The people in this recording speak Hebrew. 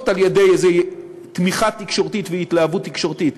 על-ידי איזה תמיכה תקשורתית והתלהבות תקשורתית,